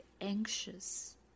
anxious